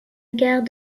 gare